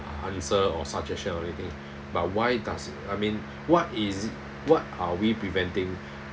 answer or suggestion or anything but why does I mean what is what are we preventing